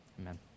amen